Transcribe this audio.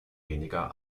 weniger